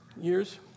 years